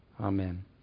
Amen